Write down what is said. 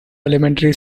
elementary